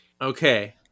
Okay